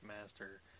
master